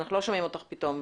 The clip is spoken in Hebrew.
אנחנו לא שומעים אותך פתאום,